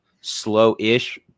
slow-ish